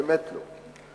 באמת לא,